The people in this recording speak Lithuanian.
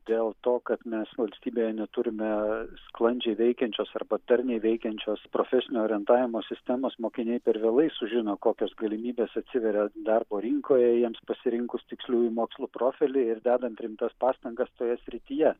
dėl to kad mes valstybėje neturime sklandžiai veikiančios arba darniai veikiančios profesinio orientavimo sistemos mokiniai per vėlai sužino kokios galimybės atsiveria darbo rinkoje jiems pasirinkus tiksliųjų mokslų profilį ir dedant rimtas pastangas toje srityje